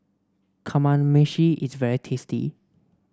Kamameshi is very tasty